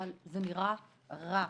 אבל זה נראה רע.